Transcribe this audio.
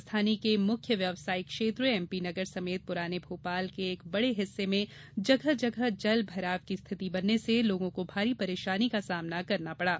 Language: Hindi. राजधानी के मुख्य व्यावसायिक क्षेत्र एमपी नगर समेत पुराने भोपाल के एक बड़े हिस्से में जगह जगह जल भराव की स्थिति बनने से लोगों को भारी परेशानी का सामना करना पड़ा